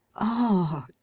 ah!